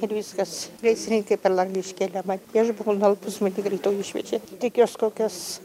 kad viskas gaisrininkai per langą iškėlę mane ir aš buvau nualpus matyt greitoje išveže tikiuosi kokios